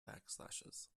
backslashes